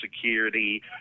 Security